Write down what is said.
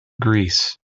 greece